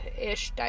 ish